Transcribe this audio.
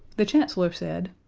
the chancellor said,